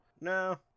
No